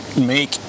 make